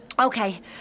Okay